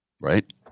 Right